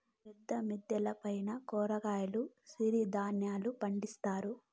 పెద్ద మిద్దెల పైన కూరగాయలు సిరుధాన్యాలు పండిత్తారు